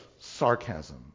sarcasm